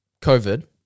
COVID